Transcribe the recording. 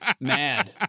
mad